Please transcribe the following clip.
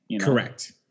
Correct